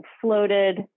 floated